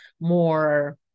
more